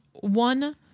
One